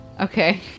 Okay